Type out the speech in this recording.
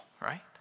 right